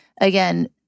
again